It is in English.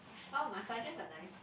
oh massages are nice